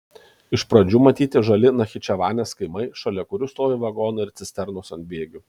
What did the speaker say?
iš pradžių matyti žali nachičevanės kaimai šalia kurių stovi vagonai ir cisternos ant bėgių